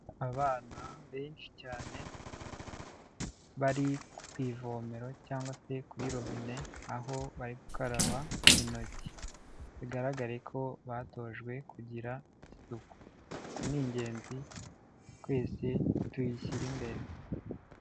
Abana benshi cyane bari ku ivomero cyangwa se kuri robine aho bari gukaraba intoki, bigaragare ko batojwe kugira isuku n'ingenzi twese tuyishyira imbere.